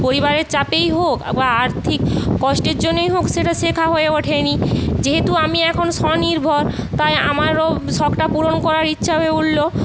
পরিবারের চাপেই হোক বা আর্থিক কষ্টের জন্যই হোক সেটা শেখা হয়ে ওঠেনি যেহেতু আমি এখন স্বনির্ভর তাই আমারও শখটা পূরণ করার ইচ্ছা হয়ে উঠলো